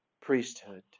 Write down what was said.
priesthood